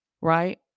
Right